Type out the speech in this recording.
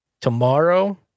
Tomorrow